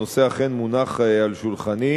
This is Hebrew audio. הנושא אכן מונח על שולחני,